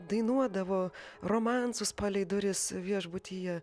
dainuodavo romansus palei duris viešbutyje